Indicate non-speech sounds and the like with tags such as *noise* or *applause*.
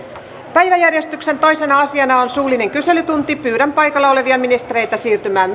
päiväjärjestyksen toisena asiana on suullinen kyselytunti pyydän paikalla olevia ministereitä siirtymään *unintelligible*